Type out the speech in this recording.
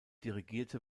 dirigierte